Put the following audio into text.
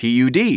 PUD